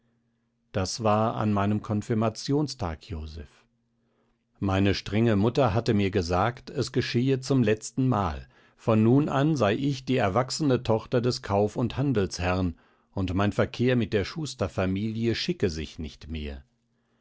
das war an meinem konfirmationstag joseph meine strenge mutter hatte mir gesagt es geschehe zum letztenmal von nun an sei ich die erwachsene tochter des kauf und handelsherrn und mein verkehr mit der schusterfamilie schicke sich nicht mehr